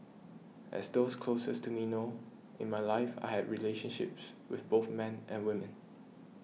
as those closest to me know in my life I have relationships with both men and women